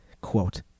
Quote